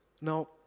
Now